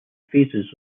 phases